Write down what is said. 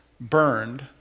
burned